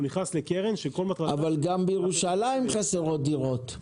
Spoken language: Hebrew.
אלא נכנס לקרן שכל מטרתה -- אבל גם בירושלים חסרות דירות.